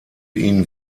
ihn